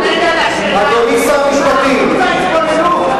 תענה לי על השאלה: מה אחוז ההתבוללות?